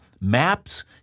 maps